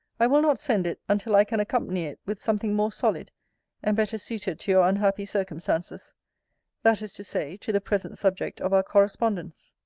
i will not send it until i can accompany it with something more solid and better suited to your unhappy circumstances that is to say, to the present subject of our correspondence.